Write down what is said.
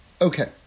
Okay